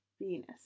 Venus